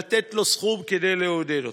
לתת לו סכום כדי לעודד אותו.